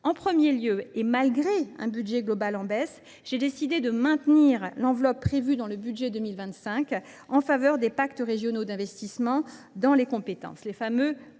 En premier lieu, et malgré un budget global en baisse, j’ai décidé de maintenir l’enveloppe prévue dans le projet de budget pour 2025 en faveur des pactes régionaux d’investissement dans les compétences, les fameux